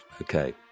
Okay